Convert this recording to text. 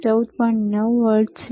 9V છે